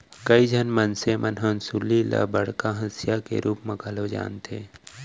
कइ झन मनसे मन हंसुली ल बड़का हँसिया के रूप म घलौ जानथें